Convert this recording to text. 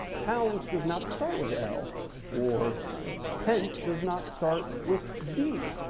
pounds does not start with l or pence does not start with d,